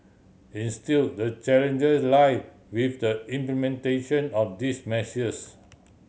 instill the challenges lie with the implementation of these measures